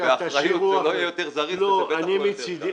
באחריות זה לא יהיה יותר זריז ובטח לא יותר קל,